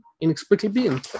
inexplicably